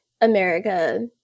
America